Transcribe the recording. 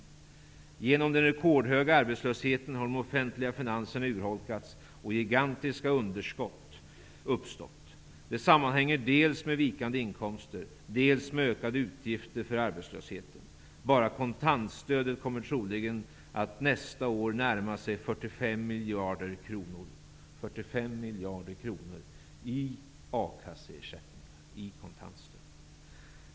Genom den rekordhöga arbetslösheten har de offentliga finanserna urholkats, och gigantiska underskott uppstått. Detta sammanhänger dels med vikande inkomster, dels med ökade utgifter för arbetslösheten. Bara kontantstödet kommer troligen att nästa år närma sig 45 miljarder kronor. 45 miljarder kronor i a-kasseersättningar och kontantstöd!